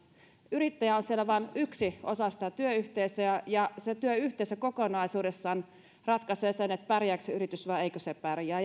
yrittäjä on siellä vain yksi osa sitä työyhteisöä ja ja se työyhteisö kokonaisuudessaan ratkaisee pärjääkö se yritys vai eikö se pärjää